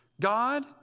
God